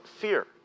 fear